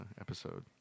episode